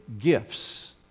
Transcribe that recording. gifts